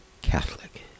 Catholic